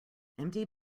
empty